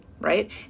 right